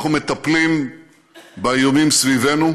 אנחנו מטפלים באיומים סביבנו,